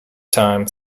time